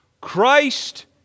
Christ